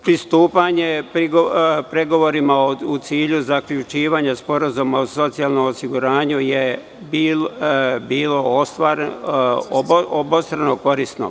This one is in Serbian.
Pristupanje pregovorima u cilju zaključivanja Sporazuma o socijalnom osiguranju je bilo obostrano korisno.